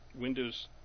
Windows